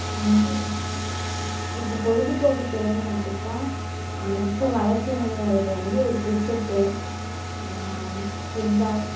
இப்போது பொழுதுபோக்குத்துறைன்னு எடுத்துக்கிட்டால் இப்போது வளர்ச்சியடைந்து வரது வந்து கிரிக்கெட்டு ஃபுட்பால்